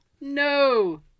No